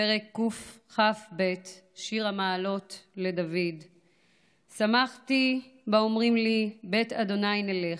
פרק קכ"ב: "שיר המעלות לדוד שמחתי באמרים לי בית ה' נלך.